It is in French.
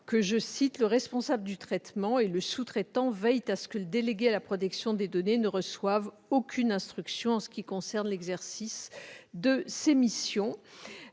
que « le responsable du traitement et le sous-traitant veillent à ce que le délégué à la protection des données ne reçoive aucune instruction en ce qui concerne l'exercice de ses missions ».